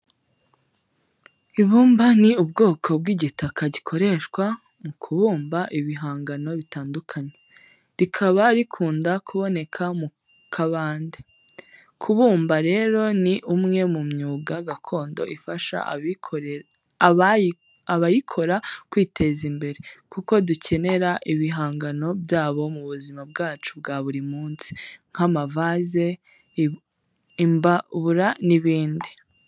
Ibumba ni ubwoko bw'igitaka gikoreshwa mu kubumba ibihangano bitandukanye, rikaba rikunda kuboneka mu kabande. Kubumba rero ni umwe mu myuga gakondo ifasha abayikora kwiteza imbere kuko dukenera ibihangano byabo mu buzima bwacu bwa buri munsi nk'amavaze, imbabura n'ibindi.